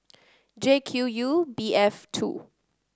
J Q U B F two